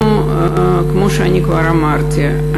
כמו שכבר אמרתי,